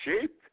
cheap